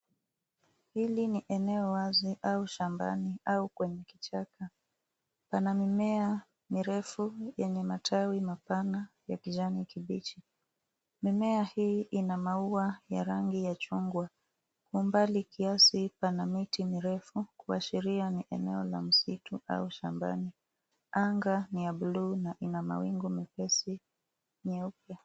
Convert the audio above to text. Hili ni eneo wazi au shambani au kwenye kichaka. Pana mimea mirefu yenye matawi mapana ya kijani kibichi. Mimea hii ina maua ya rangi ya chungwa. Kwa umbali kiasi pana miti mirefu kuashiria ni eneo la msitu au shambani. Anga ni ya bluu na ina mawingu mepesi nyeupe.